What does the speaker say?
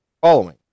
following